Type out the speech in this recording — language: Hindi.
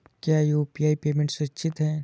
क्या यू.पी.आई पेमेंट सुरक्षित है?